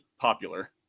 popular